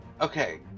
Okay